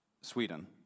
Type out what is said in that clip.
Sweden